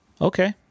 okay